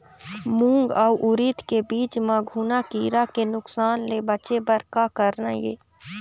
मूंग अउ उरीद के बीज म घुना किरा के नुकसान ले बचे बर का करना ये?